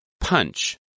Punch